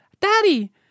Daddy